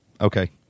Okay